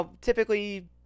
typically